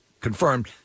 confirmed